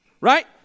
Right